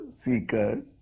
seekers